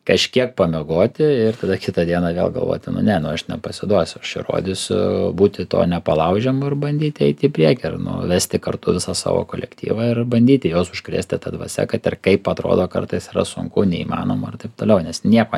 kažkiek pamiegoti ir tada kitą dieną vėl galvoti nu ne nu aš nepasiduosiu aš čia įrodysiu būti tuo nepalaužiamu ir bandyti eiti į priekį ir nu vesti kartu visą savo kolektyvą ir bandyti juos užkrėsti ta dvasia kad ir kaip atrodo kartais yra sunku neįmanoma ir taip toliau nes nieko